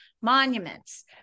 monuments